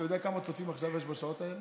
אתה יודע כמה צופים יש עכשיו, בשעות האלה?